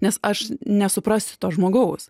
nes aš nesuprasiu to žmogaus